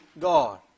God